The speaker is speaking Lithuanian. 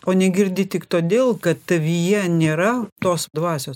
o negirdi tik todėl kad tavyje nėra tos dvasios